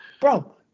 Bro